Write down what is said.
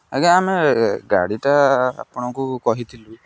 ଆଜ୍ଞା ଆମେ ଗାଡ଼ିଟା ଆପଣଙ୍କୁ କହିଥିଲୁ